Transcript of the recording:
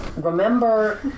remember